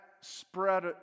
spread